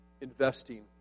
investing